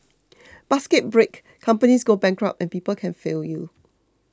baskets break companies go bankrupt and people can fail you